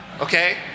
okay